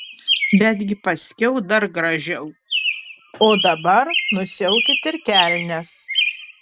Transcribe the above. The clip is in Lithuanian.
betgi paskiau dar gražiau o dabar nusiaukit ir kelnes